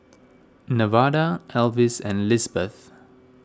Nevada Alvis and Lisbeth